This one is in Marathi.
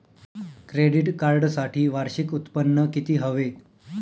क्रेडिट कार्डसाठी वार्षिक उत्त्पन्न किती हवे?